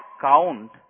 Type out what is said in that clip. count